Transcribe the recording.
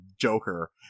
Joker